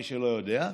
מי שלא יודע,